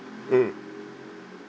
mm